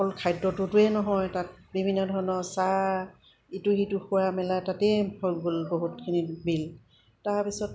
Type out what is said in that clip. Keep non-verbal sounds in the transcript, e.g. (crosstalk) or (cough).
অকল খাদ্যটোটোৱেই নহয় তাত বিভিন্ন ধৰণৰ চাহ ইটো সিটো খোৱা মেলা তাতেই (unintelligible) গ'ল বহুতখিনি বিল তাৰপিছত